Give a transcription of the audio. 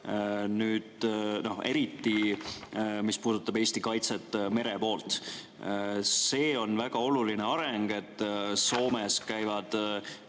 eriti, mis puudutab Eesti kaitset mere poolt. See on väga oluline areng, et Soomes käivad